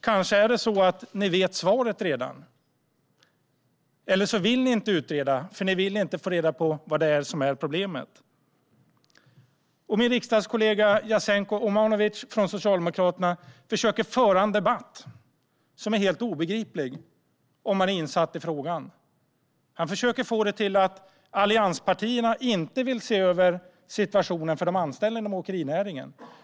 Kanske vet man redan svaret, eller så vill man inte utreda eftersom man inte vill få reda på vad problemet är. Min riksdagskollega Jasenko Omanovic från Socialdemokraterna försöker föra en debatt som är helt obegriplig om man är insatt i frågan. Han försöker få det att verka som att allianspartierna inte vill se över situationen för de anställda inom åkerinäringen.